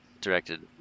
directed